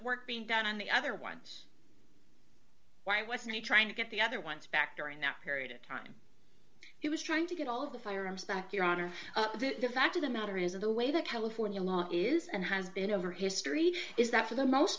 work being done on the other ones why wasn't he trying to get the other ones back during that period of time he was trying to get all of the firearms back yonder the fact of the matter is that the way the california law is and has been over history is that for the most